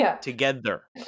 together